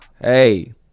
Hey